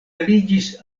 aliĝis